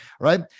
right